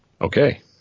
Okay